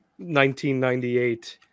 1998